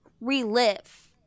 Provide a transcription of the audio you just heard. relive